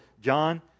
John